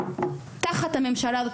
תחת הממשלה הזאת,